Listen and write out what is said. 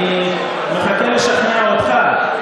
אני מחכה לשכנע אותך.